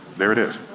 there it is.